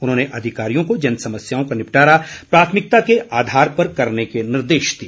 उन्होंने अधिकारियों को जन समस्याओं का निपटारा प्राथमिकता के आधार पर करने के निर्देश दिए